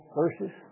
verses